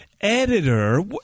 editor